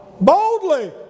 Boldly